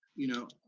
you know,